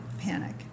panic